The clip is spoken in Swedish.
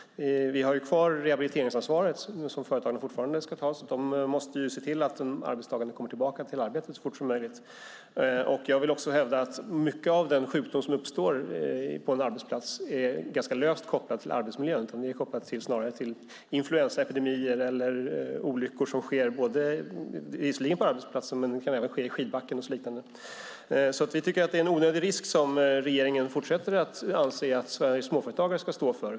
Vi har kvar rehabiliteringsansvaret, som företagarna fortfarande ska ta. De måste se till att den arbetstagande kommer tillbaka till arbetet så fort som möjligt. Jag vill också hävda att mycket av den sjukdom som uppstår på en arbetsplats är ganska löst kopplad till arbetsmiljön. Den är snarare kopplad till influensaepidemier eller olyckor som visserligen kan ske på arbetsplatsen men även i skidbacken och liknande. Vi tycker alltså att detta är en onödig risk som regeringen fortsätter att anse att Sveriges småföretagare ska stå för.